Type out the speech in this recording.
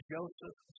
Joseph